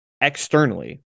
externally